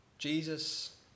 Jesus